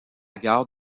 gare